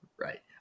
Right